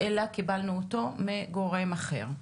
אלא קיבלנו אותו מגורם אחר.